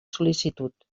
sol·licitud